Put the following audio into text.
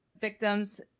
victims